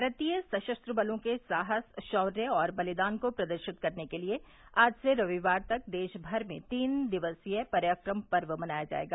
भारतीय सशस्त्र बलों के साहस शौर्य और बलिदान को प्रदर्शित करने के लिए आज से रविवार तक देश भर में तीन दिवसीय पराक्रम पर्व मनाया जाएगा